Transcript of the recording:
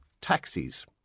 taxis